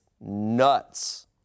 nuts